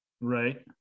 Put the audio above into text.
Right